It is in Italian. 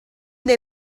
dei